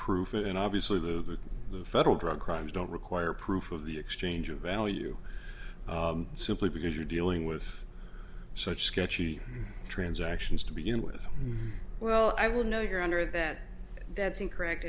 proof and obviously the new federal drug crimes don't require proof of the exchange of value simply because you're dealing with such sketchy transactions to be in with well i would know you're under that that's incorrect